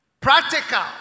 Practical